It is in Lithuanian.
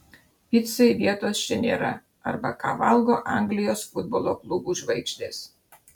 picai vietos čia nėra arba ką valgo anglijos futbolo klubų žvaigždės